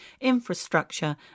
infrastructure